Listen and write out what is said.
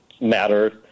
matters